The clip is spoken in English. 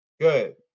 good